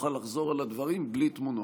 תוכל לחזור על הדברים בלי תמונות.